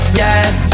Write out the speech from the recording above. yes